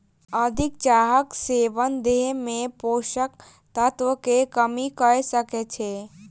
अधिक चाहक सेवन देह में पोषक तत्व के कमी कय सकै छै